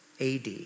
AD